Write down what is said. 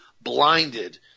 blinded